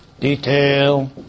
detail